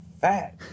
fat